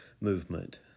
movement